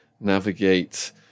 navigate